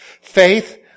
Faith